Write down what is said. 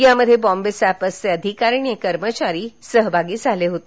यामध्ये बॉंबे सॅपर्सचे अधिकारी आणि कर्मचारी सहभागी झाले होते